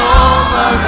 over